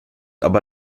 aber